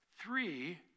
Three